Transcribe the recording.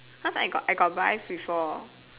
cause I got I got buy before